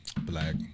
Black